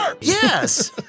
Yes